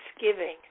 thanksgiving